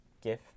GIF